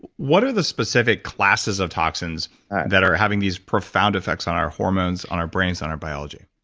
what are the specific classes of toxins that are having these profound effects on our hormones, on our brains, on our biology?